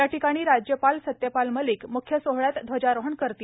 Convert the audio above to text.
याठिकाणी राज्यपाल सत्यपाल मलिक म्ख्य सोहळ्यात ध्वजारोहण करतील